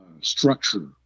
structure